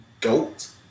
goat